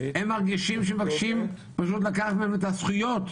הם מרגישים שמבקשים פשוט לקחת מהם את הזכויות.